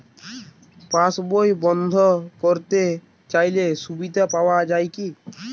পাশ বই বন্দ করতে চাই সুবিধা পাওয়া যায় কি?